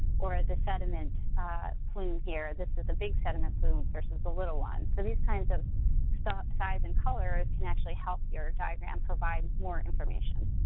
or this sediment plume here, this is a big sediment plume versus the little one. so these kinds of stock, size, and color can actually help your diagram provide more information.